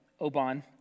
Oban